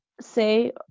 Say